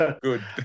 Good